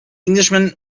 englishman